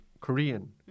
Korean